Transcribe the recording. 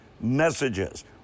messages